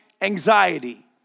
anxiety